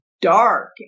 dark